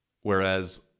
whereas